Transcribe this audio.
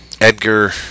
Edgar